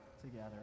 together